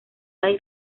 hay